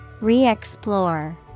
Re-explore